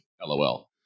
LOL